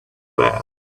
glass